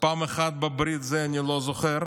פעם אחת בברית, את זה אני לא זוכר,